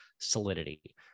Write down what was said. solidity